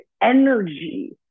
energy